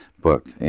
book